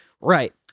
Right